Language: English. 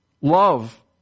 love